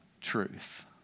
truth